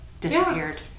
disappeared